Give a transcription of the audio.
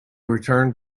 returned